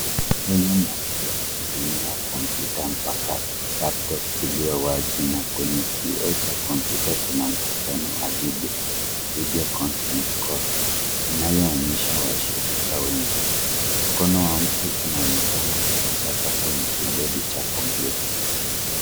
Huyu ni mtu akitumia kompyuta mpakato laptop iliyo wazi na kwenye kioo cha kompyuta kuna mkutano wa video video conference call unaonyesha washirika wengi. Mkono wa mtu unaonekana ukichapa kwenye kibodi cha kompyuta.